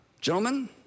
Gentlemen